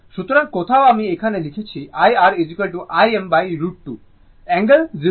সুতরাং কোথাও আমি এখানে লিখছি IR Im√ 2 অ্যাঙ্গেল 0o